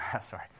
sorry